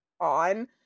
on